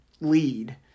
lead